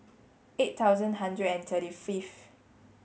eight thousand hundred and thirty fifth